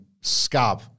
Scab